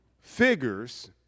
figures